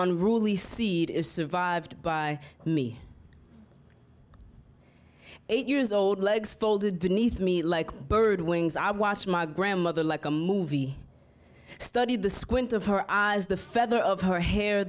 the seed is survived by me eight years old legs folded beneath me like bird wings i watched my grandmother like a movie studied the squint of her eyes the feather of her hair